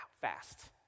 fast